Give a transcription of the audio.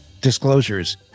disclosures